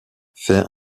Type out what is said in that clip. fait